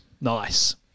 nice